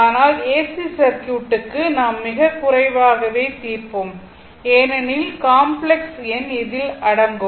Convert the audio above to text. ஆனால் AC circuit க்கு நாம் மிகக் குறைவாகவே தீர்ப்போம் ஏனெனில் காம்ப்ளக்ஸ் எண் இதில் அடங்கும்